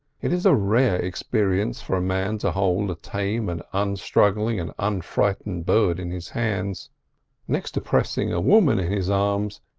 it is a rare experience for a man to hold a tame and unstruggling and unfrightened bird in his hands next to pressing a woman in his arms,